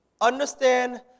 Understand